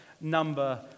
number